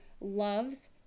loves